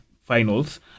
finals